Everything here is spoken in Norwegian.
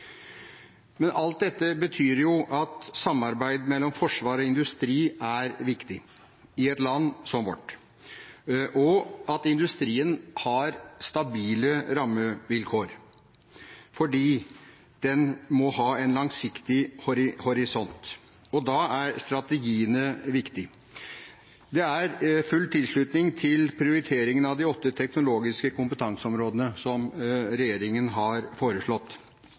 Alt dette betyr at samarbeid mellom forsvar og industri er viktig i et land som vårt, og at industrien må ha stabile rammevilkår fordi den må ha en langsiktig horisont. Da er strategiene viktig. Det er full tilslutning til prioriteringen av de åtte teknologiske kompetanseområdene som regjeringen har foreslått,